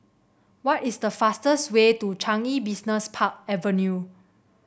what is the fastest way to Changi Business Park Avenue